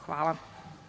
Hvala.